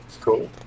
Cool